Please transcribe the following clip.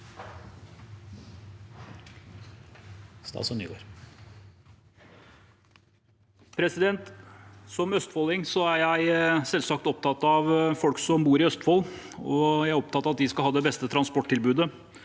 Som østfol- ding er jeg selvsagt opptatt av folk som bor i Østfold, og jeg er opptatt av at de skal ha det beste transporttilbudet.